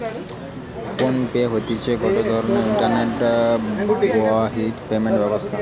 phone pay হতিছে গটে রকমের ইন্টারনেট বাহিত পেমেন্ট ব্যবস্থা